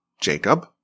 Jacob